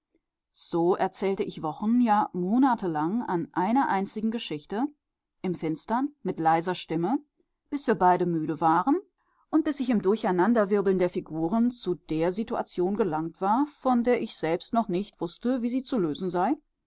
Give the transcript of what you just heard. so erzählte ich wochen ja monatelang an einer einzigen geschichte im finstern mit leiser stimme bis wir beide müde waren und bis ich im durcheinanderwirbeln der figuren zu der situation gelangt war von der ich selbst noch nicht wußte wie sie zu lösen sei